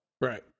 Right